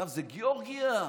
זה גיאורגיה,